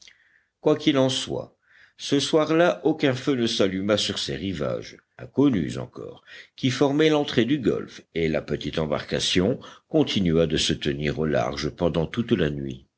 qu'il en soit ce soir-là aucun feu ne s'alluma sur ces rivages inconnus encore qui formaient l'entrée du golfe et la petite embarcation continua de se tenir au large pendant toute la nuit